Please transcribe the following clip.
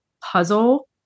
puzzle